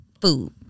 food